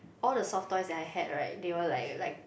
all the soft toys that I had right they were like like